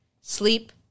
Sleep